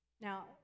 Now